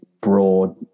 broad